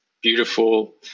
beautiful